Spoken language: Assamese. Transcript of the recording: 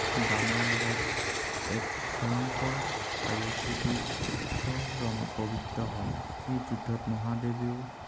বানৰ লগত এক ভয়নকৰ আৰু সুদীৰ্ঘ ৰণত উপবৃত্ত হয় সেই যুদ্ধত মহাদেৱেও